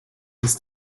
uns